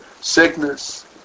sickness